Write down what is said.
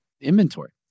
inventory